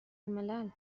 الملل